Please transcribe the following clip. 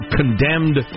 condemned